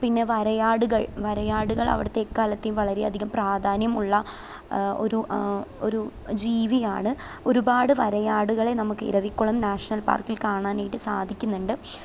പിന്നെ വരയാടുകൾ വരയാടുകളവിടുത്തെ എക്കാലത്തെയും വളരെയധികം പ്രാധാന്യമുള്ള ഒരു ഒരു ജീവിയാണ് ഒരുപാട് വരയാടുകളെ നമുക്ക് ഇരവിക്കുളം നാഷണൽ പാർക്കിൽ കാണാനായിട്ട് സാധിക്കുന്നുണ്ട്